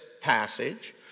passage